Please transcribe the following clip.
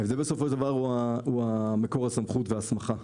בסופו של דבר, ההבדל הוא מקור הסמכות וההסמכה.